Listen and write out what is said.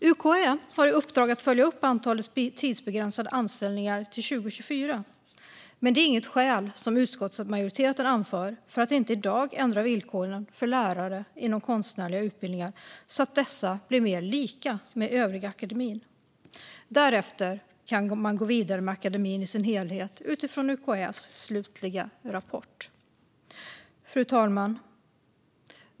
UKÄ har i uppdrag att följa upp antalet tidsbegränsade anställningar till 2024, men det är inget skäl, som utskottsmajoriteten anför, för att inte i dag ändra villkoren för lärare inom konstnärliga utbildningar så att dessa blir lika övriga akademins. Därefter kan man gå vidare med akademin i sin helhet utifrån UKÄ:s slutliga rapport. Fru talman!